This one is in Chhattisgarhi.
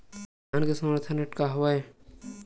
धान के समर्थन रेट का हवाय?